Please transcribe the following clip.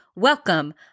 Welcome